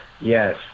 Yes